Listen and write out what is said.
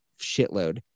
shitload